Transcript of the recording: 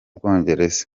bwongereza